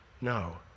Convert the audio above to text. no